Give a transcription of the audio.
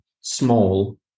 small